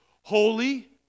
Holy